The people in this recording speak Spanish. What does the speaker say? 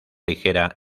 ligera